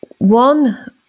One